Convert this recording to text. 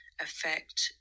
affect